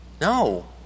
No